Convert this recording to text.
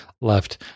left